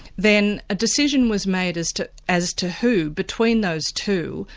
then a decision was made as to as to who between those two,